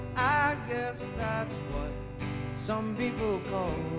guess that what some people call